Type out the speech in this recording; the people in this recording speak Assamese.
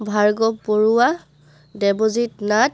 ভাৰ্গৱ বৰুৱা দেৱজিত নাথ